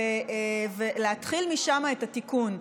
להתחיל משם את התיקון.